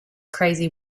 crazy